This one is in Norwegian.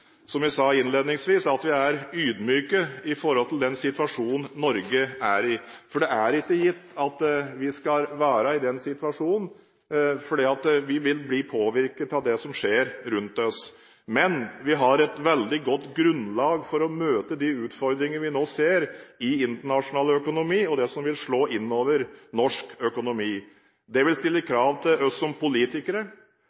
vi er ydmyke når det gjelder den situasjonen Norge er i, for det er ikke gitt at vi skal være i den situasjonen. Vi vil bli påvirket av det som skjer rundt oss, men vi har et veldig godt grunnlag for å møte de utfordringer som vi nå ser i internasjonal økonomi, og det som vil slå innover norsk økonomi. Det vil stille